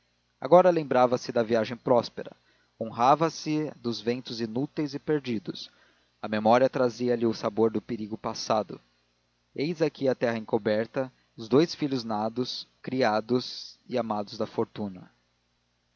agora lembrava-se da viagem próspera honrava se dos ventos inúteis e perdidos a memória trazia-lhe o sabor do perigo passado eis aqui a terra encoberta os dous filhos nados criados e amados da fortuna